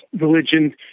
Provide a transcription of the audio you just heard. religion